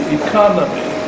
economy